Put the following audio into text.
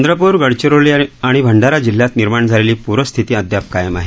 चंद्रपूर गडचिरोली आणि भंडारा जिल्ह्यात निर्माण झालेली पूरस्थिती अद्याप कायम आहे